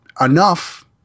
enough